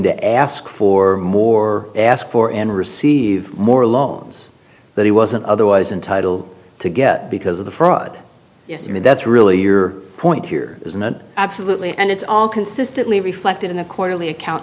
to ask for more ask for and receive more loans that he wasn't otherwise entitle to get because of the fraud yes i mean that's really your point here isn't it absolutely and it's all consistently reflected in the quarterly account